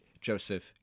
Joseph